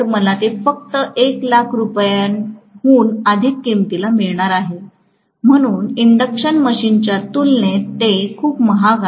मला ते फक्त 1 लाख रुपयांहून अधिक किंमतीला मिळणार आहे म्हणून इंडक्शन मशीनच्या तुलनेत ते खूप महाग आहे